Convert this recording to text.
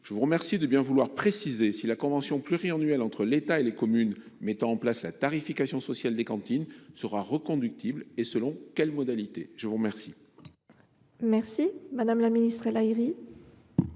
je vous remercie de bien vouloir préciser si la convention pluriannuelle entre l’État et les communes mettant en place la tarification sociale des cantines sera reconductible, et selon quelles modalités. La parole est à Mme la ministre